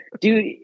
Dude